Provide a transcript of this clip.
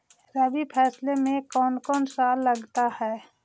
रबी फैसले मे कोन कोन सा लगता हाइय?